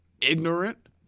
ignorant